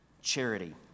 charity